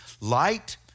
Light